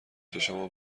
چشامو